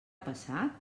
passat